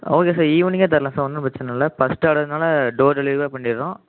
okay sir ஈவினிங்கே தரலாம் சார் ஒன்றும் பிரச்சனை இல்லை ஃபஸ்ட் ஆர்டர்னால் டோர் டெலிவரியே பண்ணிடறோம்